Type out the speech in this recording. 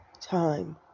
time